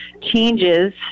changes